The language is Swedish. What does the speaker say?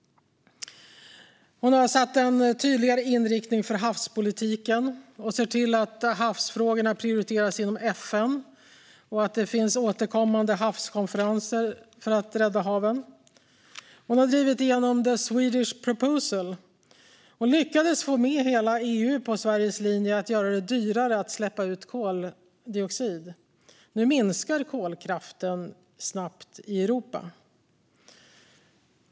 Hon har satt en tydligare inriktning för havspolitiken och sett till att havsfrågorna prioriteras inom FN samt att det finns återkommande havskonferenser för att rädda haven. Hon har drivit igenom the Swedish Proposal. Hon lyckades få med hela EU på Sveriges linje att göra det dyrare att släppa ut koldioxid, och nu minskar kolkraften snabbt i Europa.